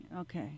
okay